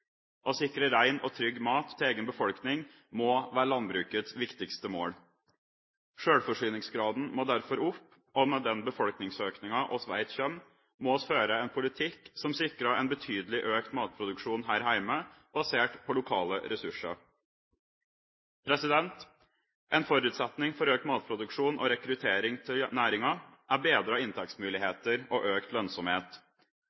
Å sikre ren og trygg mat til egen befolkning må være landbrukets viktigste mål. Selvforsyningsgraden må derfor opp, og med den befolkningsøkningen vi vet kommer, må vi føre en politikk som sikrer en betydelig økt matproduksjon her hjemme basert på lokale ressurser. En forutsetning for økt matproduksjon og rekruttering til næringa er